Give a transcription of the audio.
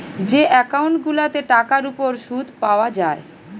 যে একউন্ট গুলাতে টাকার উপর শুদ পায়া যায়